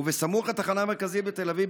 וסמוך לתחנה המרכזית בתל אביב,